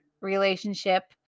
relationship